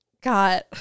got